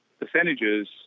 percentages